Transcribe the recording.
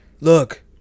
Look